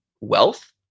wealth